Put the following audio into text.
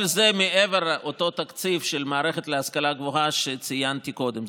כל זה מעבר לאותו תקציב של המערכת להשכלה גבוהה שציינתי קודם.